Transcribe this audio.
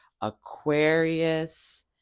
Aquarius